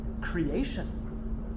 Creation